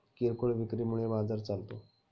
किरकोळ विक्री मुळे बाजार चालतो